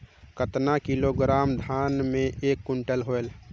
कतना किलोग्राम धान मे एक कुंटल होयल?